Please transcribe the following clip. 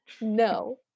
No